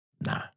nah